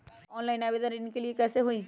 Online आवेदन ऋन के लिए कैसे हुई?